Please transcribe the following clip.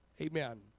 Amen